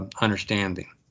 understanding